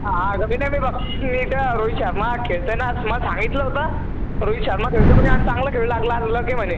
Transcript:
आ ग मी नाही मी बग मी त्या रोहित शर्मा खेळतो आहे ना तुम्हाला सांगितलं होतं रोहित शर्मा खेळतो आहे म्हणजे आज चांगला खेळ लागणार लक गेमर आहे